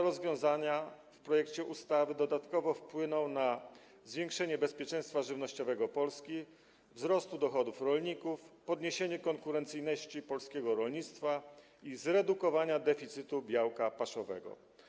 Rozwiązania proponowane w projekcie ustawy dodatkowo wpłyną na zwiększenie bezpieczeństwa żywnościowego Polski, wzrost dochodów rolników, podniesienie konkurencyjności polskiego rolnictwa i zredukowanie deficytu białka paszowego.